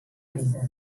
grises